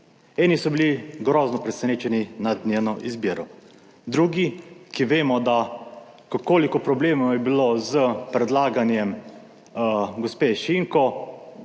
Eni so bili grozno presenečeni nad njeno izbiro, drugi ki vemo, da koliko problemov je bilo s predlaganjem gospe Šinko,